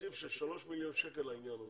תקציב של שלושה מיליון שקל לעניין הזה.